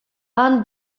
han